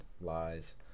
lies